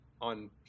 on